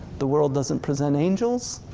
the world doesn't present angels,